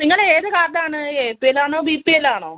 നിങ്ങൾ ഏത് കാർഡാണ് എ പി എൽ ആണോ ബി പി എൽ ആണോ